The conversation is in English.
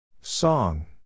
Song